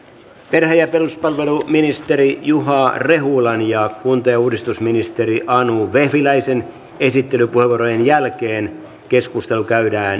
perhe ja peruspalveluministeri juha rehulan ja kunta ja uudistusministeri anu vehviläisen esittelypuheenvuorojen jälkeen keskustelu käydään